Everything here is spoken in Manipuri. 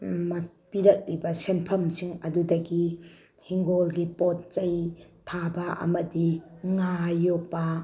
ꯄꯤꯔꯛꯏꯕ ꯁꯦꯟꯐꯝꯁꯤꯡ ꯑꯗꯨꯗꯒꯤ ꯏꯪꯈꯣꯜꯒꯤ ꯄꯣꯠ ꯆꯩ ꯊꯥꯕ ꯑꯃꯗꯤ ꯉꯥ ꯌꯣꯛꯄ